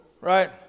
right